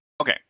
okay